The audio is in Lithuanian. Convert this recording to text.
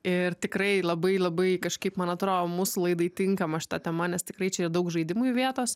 ir tikrai labai labai kažkaip man atrodo mūsų laidai tinkama šita tema nes tikrai čia daug žaidimui vietos